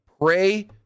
pray